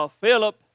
Philip